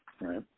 right